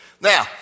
Now